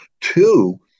Two